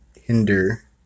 hinder